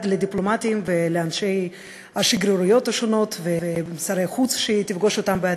לדיפלומטים ולאנשי השגרירויות השונות ושרי חוץ שהיא תפגוש בעתיד.